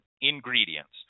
ingredients